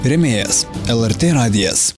rėmėjas lrt radijas